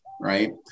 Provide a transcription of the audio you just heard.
right